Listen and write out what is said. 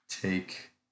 take